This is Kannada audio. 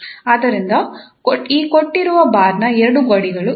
ಆದ್ದರಿಂದ ಈ ಕೊಟ್ಟಿರುವ ಬಾರ್ನ ಎರಡು ಗಡಿಗಳು ಇವು